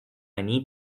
need